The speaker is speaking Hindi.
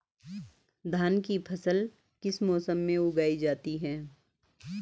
धान की फसल किस मौसम में उगाई जाती है?